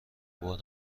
بار